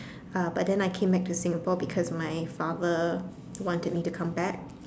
uh but then I came back to Singapore because my father wanted me to come back